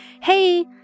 hey